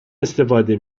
استفاده